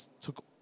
took